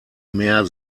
mehr